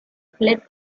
fled